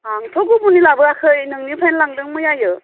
आंथ' गुबुननि लाबोयाखै नोंनिफ्रायनो लांदों मैयायो